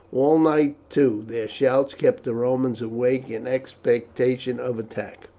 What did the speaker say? all night, too, their shouts kept the romans awake in expectation of attack.